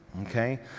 Okay